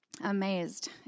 amazed